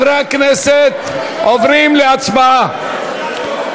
חברי הכנסת, עוברים להצבעה.